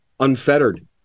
Unfettered